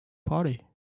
party